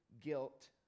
guilt